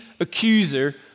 accuser